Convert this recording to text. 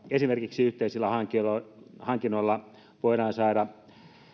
esimerkiksi yhteisillä hankinnoilla hankinnoilla voidaan saada